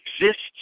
exists